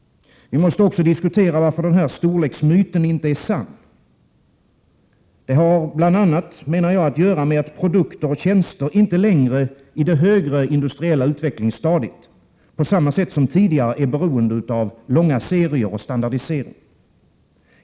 Vi måste också diskutera varför den här storleksmyten inte är sann. Det har bl.a., menar jag, att göra med att produkter och tjänster inte längre i det högre industriella utvecklingsstadiet på samma sätt som tidigare är beroende av långa serier och standardisering.